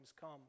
come